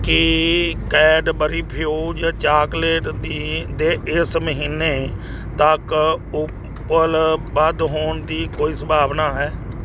ਕੀ Cadbury Fuse chocolate ਦੀ ਦੇ ਇਸ ਮਹੀਨੇ ਤੱਕ ਉਪਲ ਬੱਧ ਹੋਣ ਦੀ ਕੋਈ ਸੰਭਾਵਨਾ ਹੈ